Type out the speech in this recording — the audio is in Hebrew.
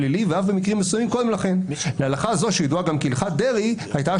אישור טקס